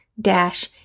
dash